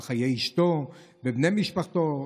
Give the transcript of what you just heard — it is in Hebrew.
על חיי אשתו ובני משפחתו.